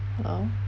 hello